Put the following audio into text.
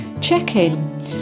check-in